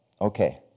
okay